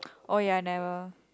oh ya never